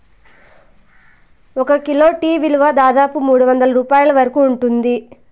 ఒక kilo tea విలువ దాదాపు మూడువందల రూపాయల వరకు ఉంటుంది